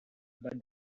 but